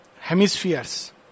hemispheres